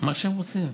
מה שהם רוצים.